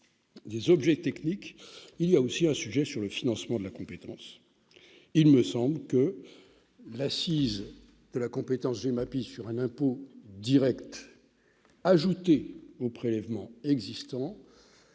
des objets techniques, se trouve un autre sujet : le financement de la compétence. Selon moi, l'assise de la compétence GEMAPI sur un impôt direct ajouté aux prélèvements existants